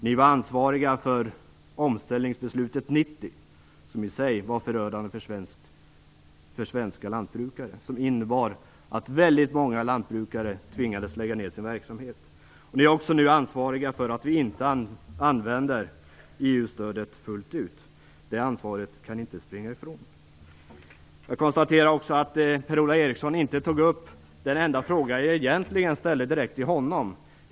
Ni var ansvariga för omställningsbeslutet 1990 som i sig var förödande för svenska lantbrukare. Det innebar att väldigt många lantbrukare tvingades att lägga ner sin verksamhet. Ni är också ansvariga för att vi inte använder EU-stödet fullt ut. Det ansvaret kan ni inte heller springa ifrån. Jag konstaterar också att Per-Ola Eriksson inte tog upp den enda fråga som jag egentligen ställde direkt till honom.